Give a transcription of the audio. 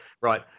right